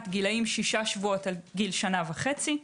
גילאים שישה שבועות עד גיל שנה וחצי.